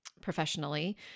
professionally